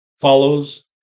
follows